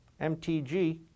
MTG